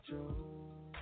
Joe